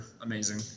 amazing